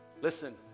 Listen